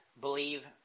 believe